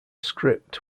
script